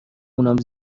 اونم